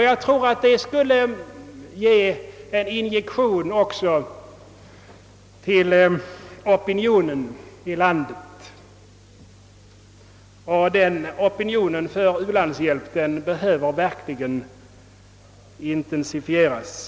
Jag tror att det skulle ge en injektion också hos opinionen i landet, och opinionen för u-landshjälp behöver verkligen intensifieras.